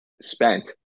spent